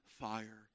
fire